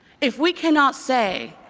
if we cannot say,